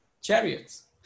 chariots